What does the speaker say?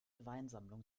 weinsammlung